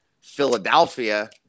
Philadelphia